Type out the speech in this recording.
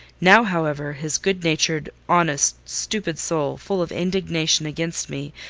now, however, his good-natured, honest, stupid soul, full of indignation against me,